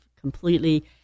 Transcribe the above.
completely